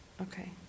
Okay